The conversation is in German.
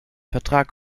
vertrag